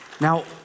Now